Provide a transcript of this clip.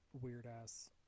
weird-ass